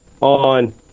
on